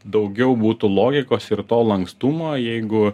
daugiau būtų logikos ir to lankstumo jeigu